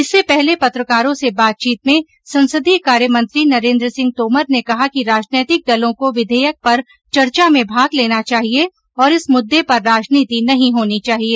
इससे पहले पत्रकारों से बातचीत में संसदीय कार्य मंत्री नरेन्द्र सिंह तोमर ने कहा कि राजनीतिक दलों को विधेयक पर चर्चा में भाग लेना चाहिए और इस मुद्दे पर राजनीति नहीं होनी चाहिए